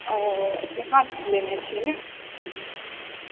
ओ यहाँसँ लेने छिऐ ने